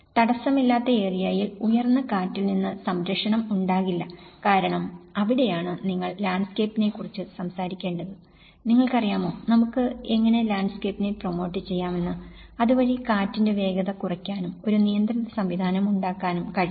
തടസ്സമില്ലാത്ത എറിയയിൽ ഉയർന്ന കാറ്റിൽ നിന്ന് സംരക്ഷണം ഉണ്ടാകില്ല കാരണം അവിടെയാണ് നിങ്ങൾ ലാൻഡ്സ്കേപ്പിനെക്കുറിച്ച് സംസാരിക്കേണ്ടത് നിങ്ങൾക്കറിയാമോ നമുക്ക് എങ്ങനെ ലാൻഡ്സ്കേപ്പിനെ പ്രൊമോട്ട് ചെയ്യാമെന്ന് അതുവഴി കാറ്റിന്റെ വേഗത കുറയ്ക്കാനും ഒരു നിയന്ത്രണ സംവിധാനം ഉണ്ടാക്കാനും കഴിയും